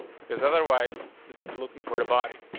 because otherwise, this is looking for the body.